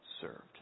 served